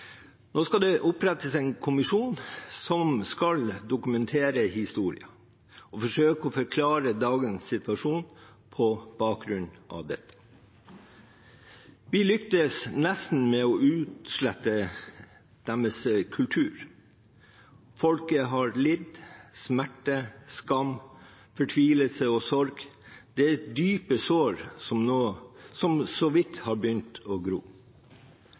Nå skal det opprettes en kommisjon som skal dokumentere historien og forsøke å forklare dagens situasjon på bakgrunn av dette. Vi lyktes nesten med å utslette deres kultur. Folket har lidd – smerte, skam, fortvilelse og sorg. Det er dype sår som så vidt har begynt å gro.